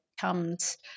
comes